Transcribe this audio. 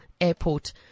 Airport